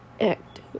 act